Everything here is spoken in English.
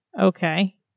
Okay